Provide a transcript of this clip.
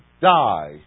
die